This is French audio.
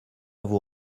vous